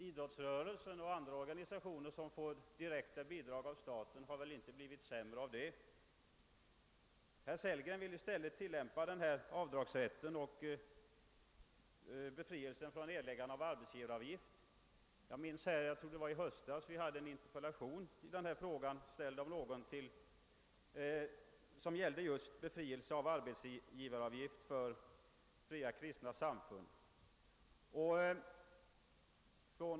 Idrottsrörelsen och andra organisationer som får direkta bidrag av staten har väl inte blivit sämre därav. Herr Sellgren ville i stället tillämpa avdragsrätt för gåvor vid beskattningen och befrielse från erläggande av arbetsgivaravgift. Jag vill minnas att det i höstas ställdes en interpellation beträffande just befrielse från erläggande av arbetsgivaravgift för fria kristna samfund.